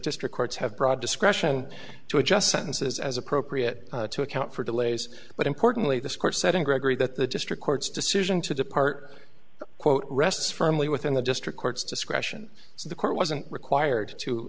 district courts have broad discretion to adjust sentences as appropriate to account for delays but importantly this court said in gregory that the district court's decision to depart quote rests firmly within the district court's discretion so the court wasn't required to